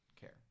care